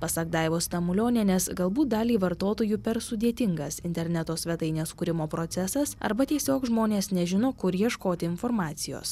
pasak daivos tamulionienės galbūt daliai vartotojų per sudėtingas interneto svetainės kūrimo procesas arba tiesiog žmonės nežino kur ieškoti informacijos